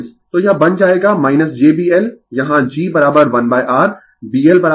तो यह बन जाएगा jB L यहाँ G1R B L1XL और B C1XC